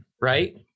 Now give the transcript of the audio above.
Right